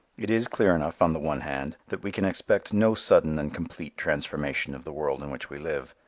it is clear enough on the one hand that we can expect no sudden and complete transformation of the world in which we live.